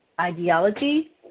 ideology